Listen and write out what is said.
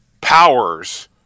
powers